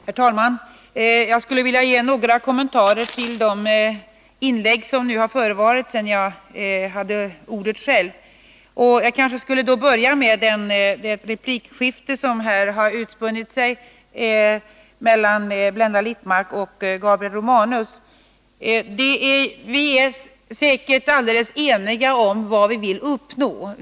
Herr talman! Jag skulle vilja göra några kommentarer till de inlägg som nu har förevarit sedan jag hade ordet själv. Jag skall börja med det replikskifte som utspunnit sig mellan Blenda Littmarck och Gabriel Romanus. Vi är säkert alldeles eniga om vad vi vill uppnå.